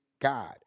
God